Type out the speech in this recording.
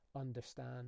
understand